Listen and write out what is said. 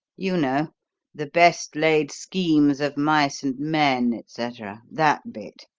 you know the best laid schemes of mice and men et cetera that bit.